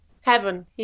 Heaven